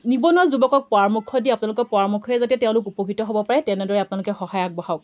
নিবনুৱা যুৱকক পৰামৰ্শ দি আপোনালোকৰ পৰামৰ্শই যাতে তেওঁলোক উপকৃত হ'ব পাৰে তেনেদৰে আপোনালোকে সহায় আগবঢ়াওক